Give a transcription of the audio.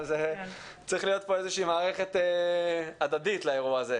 אבל צריכה להיות פה איזה שהיא מערכת הדדית לאירוע הזה.